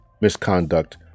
misconduct